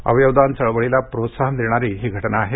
अवयवदान चळवळीला प्रोत्साहन देणारी ही घटना आहे